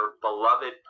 beloved